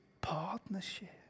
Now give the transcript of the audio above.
partnership